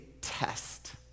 test